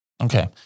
Okay